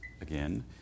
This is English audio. again